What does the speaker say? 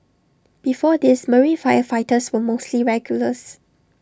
before this marine firefighters were mostly regulars